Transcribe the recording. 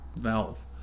Valve